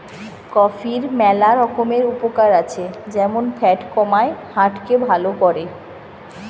কফির ম্যালা রকমের উপকার আছে যেমন ফ্যাট কমায়, হার্ট কে ভাল করে